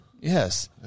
Yes